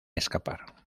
escapar